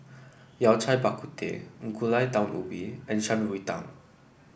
Yao Cai Bak Kut Teh Gulai Daun Ubi and Shan Rui Tang